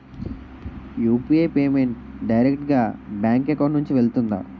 UPI payment direct గా bank account నుంచి వెళ్తుందా?